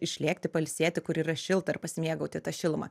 išlėkti pailsėti kur yra šilta ir pasimėgauti ta šiluma